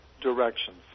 directions